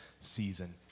season